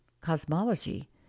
cosmology